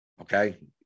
Okay